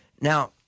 Now